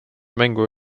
mängu